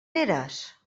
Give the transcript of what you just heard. eres